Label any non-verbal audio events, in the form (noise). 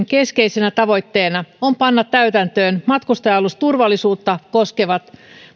(unintelligible) keskeisenä tavoitteena on panna täytäntöön matkustaja alusturvallisuutta koskevat